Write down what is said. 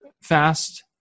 fast